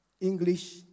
English